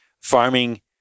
farming